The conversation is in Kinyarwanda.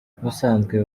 n’ubusanzwe